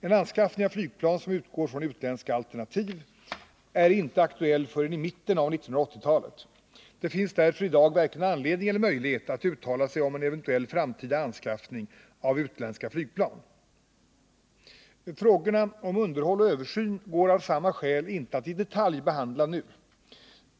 En anskaffning av flygplan som utgår från utländska alternativ är inte aktuell förrän i mitten av 1980-talet. Det finns därför i dag varken anledning eller möjlighet att uttala sig om en eventuell framtida anskaffning av utländska flygplan. Frågorna om underhåll och översyn går av samma skäl inte att i detalj behandla nu.